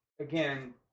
again